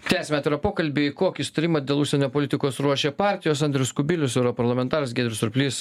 tęsim atvirą pokalbį kokį sutarimą dėl užsienio politikos ruošia partijos andrius kubilius europarlamentaras giedrius surplys